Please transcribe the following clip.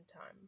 time